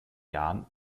jahren